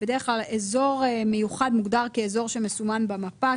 בדרך כלל אזור מיוחד מוגדר כאזור שמסומן במפה,